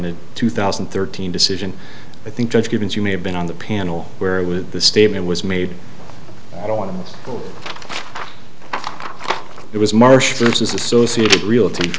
in two thousand and thirteen decision i think judge givens you may have been on the panel where it was the statement was made i don't want to it was marsh versus associate real tea